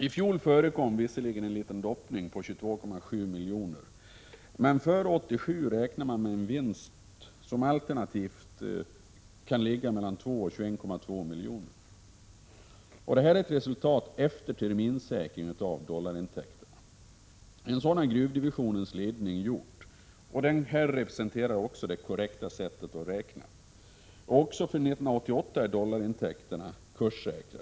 I fjol förekom visserligen en liten doppning på 22,7 milj.kr., men för 1987 räknar man med en vinst på alternativt 2,0 till 21,2 milj.kr. Det här är resultatet efter terminssäkring av dollarintäkterna. En sådan har gruvdivisionens ledning gjort, och den representerar det korrekta sättet att räkna. Också för 1988 är dollarintäkterna kurssäkrade.